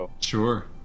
Sure